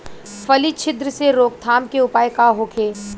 फली छिद्र से रोकथाम के उपाय का होखे?